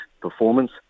performance